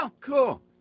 cool